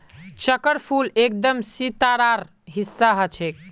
चक्रफूल एकदम सितारार हिस्सा ह छेक